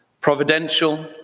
Providential